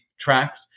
tracks